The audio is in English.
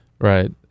Right